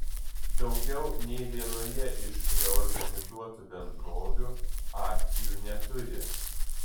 daugiau nė vienoje iš reorganizuotų bendrovių akcijų neturi